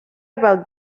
about